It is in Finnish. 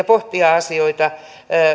pohtia